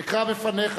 אקרא לפניך